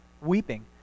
weeping